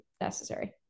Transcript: necessary